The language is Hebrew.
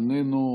איננו,